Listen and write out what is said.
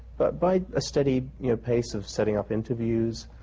but by a steady you know pace of setting up interviews,